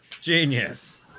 Genius